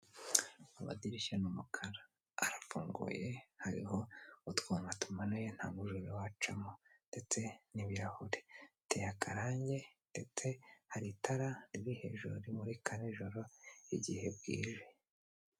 Amadirishya ni umukara; arafunguye hariho utwuma tumanuye nta mubiri wacamo, ndetse n'ibirahure biteye akarange ndetse hari itara riri hejuru rimurika nijoro igihe bwije.